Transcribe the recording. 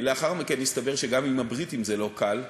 לאחר מכן הסתבר שגם עם הבריטים זה לא קל,